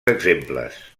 exemples